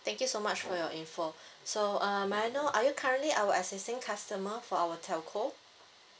thank you so much for your info so um I know are you currently our existing customer for our telco